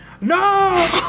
no